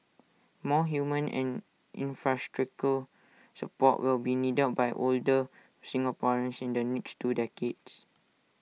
more human and infrastructural support will be needed by older Singaporeans in the next two decades